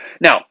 Now